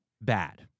bad